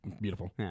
beautiful